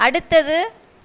அடுத்தது